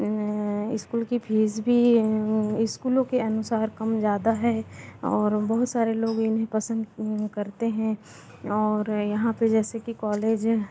school की fees भी इस्कूलों के अनुसार कम ज़्यादा है और बहुत सारे लोग इन्हें पसंद करते हैं और यहाँ पर जैसे कि कॉलेज